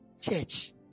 Church